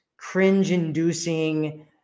cringe-inducing